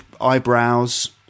eyebrows